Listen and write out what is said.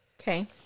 Okay